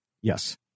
Yes